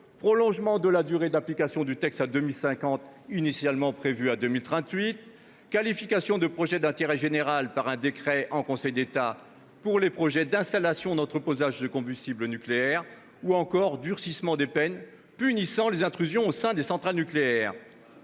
prolongation de la durée d'application du texte, initialement prévue jusqu'à 2038, jusqu'à 2050 ; qualification de projets d'intérêt général, par un décret en Conseil d'État, des projets d'installations d'entreposage de combustibles nucléaires ; ou encore, durcissement des peines sanctionnant les intrusions au sein de centrales nucléaires.